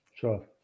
Sure